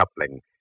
coupling